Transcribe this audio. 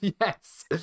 Yes